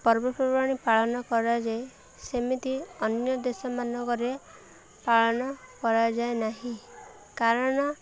ପର୍ବପର୍ବାଣି ପାଳନ କରାଯାଏ ସେମିତି ଅନ୍ୟ ଦେଶ ମାନଙ୍କରେ ପାଳନ କରାଯାଏ ନାହିଁ କାରଣ